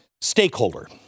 Stakeholder